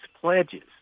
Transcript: pledges